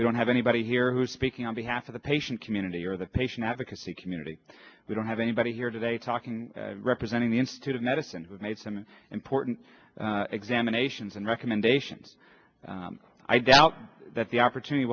we don't have anybody here who is speaking on behalf of the patient community or the patient advocacy community we don't have anybody here today talking representing the institute of medicine who've made some important examinations and recommendations i doubt that the opportunity